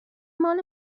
مال